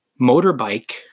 motorbike